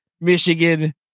Michigan